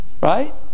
right